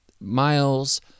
Miles